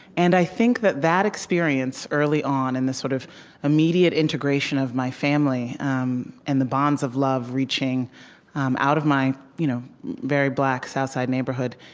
and i think that that experience early on, and the sort of immediate integration of my family um and the bonds of love reaching um out of my you know very black, south side neighborhood,